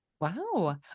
Wow